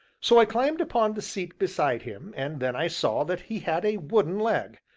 so i climbed upon the seat beside him, and then i saw that he had a wooden leg,